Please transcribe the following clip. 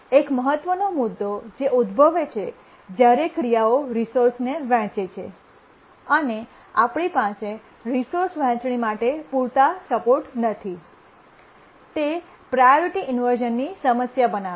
એક મહત્વનો મુદ્દો જે ઉદભવે છે જ્યારે ક્રિયાઓ રિસોર્સને વહેંચે છે અને આપણી પાસે રિસોર્સ વહેંચણી માટે પૂરતો સપોર્ટ નથી તે પ્રાયોરિટી ઇન્વર્શ઼નની સમસ્યા બનાવે છે